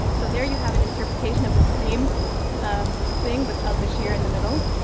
so there you have an interpretation of the scream um thing with al-bashir in the middle.